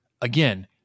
Again